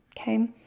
Okay